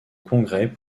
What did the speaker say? congrès